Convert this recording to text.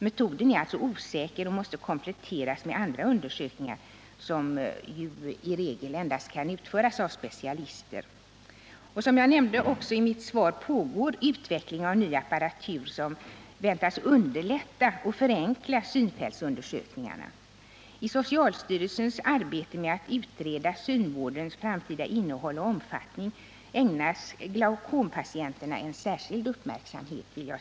Metoden är alltså osäker och måste kompletteras med andra undersökningar som i regel endast kan utföras av specialister. Som jag nämnde i mitt svar pågår utveckling av ny apparatur som väntas underlätta och förenkla synfältsundersökningarna. Jag vill säga till Märta Fredrikson att i socialstyrelsens arbete med att utreda synvårdens framtida innehåll och omfattning ägnas glaucompatienterna en särskild uppmärksamhet.